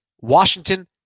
Washington